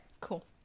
cool